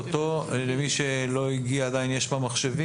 למי שלא הגיע עדיין, יש פה מחשבים.